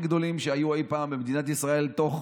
גדולים שהיו אי פעם במדינת ישראל בתוך